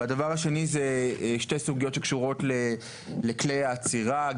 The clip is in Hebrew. והדבר השני זה שתי סוגיות שקשורות לכלי האצירה.